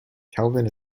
kelvin